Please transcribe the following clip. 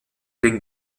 den